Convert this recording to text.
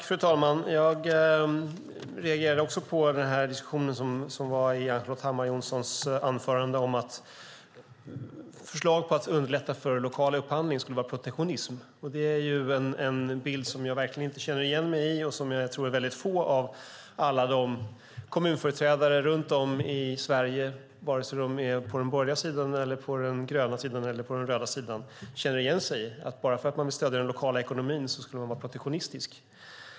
Fru talman! Jag reagerade också på diskussionen i Ann-Charlotte Hammar Johnssons anförande om att förslag om att underlätta för lokal upphandling skulle vara protektionism. Det är en bild som jag inte känner igen mig i och som jag tror att få kommunföreträdare runt om i Sverige, oavsett om de är borgerliga, gröna eller röda, känner igen sig i. Bara för att man vill stödja den lokala ekonomin är man inte protektionistisk.